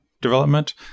development